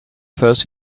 first